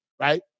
right